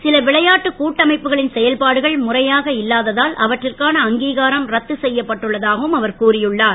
சில விளையாட்டு கூட்டமைப்புகளின் செயல்பாடுகள் முறையாக இல்லாததால் அவற்றிற்கான அங்கீகாரம் ரத்து செய்யப்பட்டுள்ளதாகவும் அவர் கூறியுள்ளார்